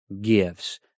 gifts